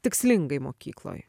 tikslingai mokykloj